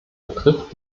betrifft